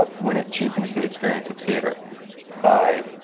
but when it cheapens the experience of theatre by